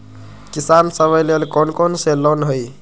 किसान सवे लेल कौन कौन से लोने हई?